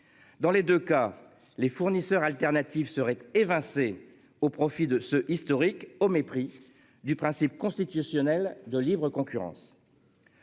Dans les 2 cas les fournisseurs alternatifs serait évincé au profit de ce historique au mépris du principe constitutionnel de libre concurrence.--